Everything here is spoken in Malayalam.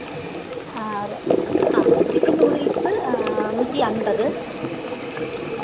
ആറ് അ ചിക്കൻ നൂഡിൽസ് നൂറ്റി അൻപത്